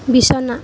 বিছনা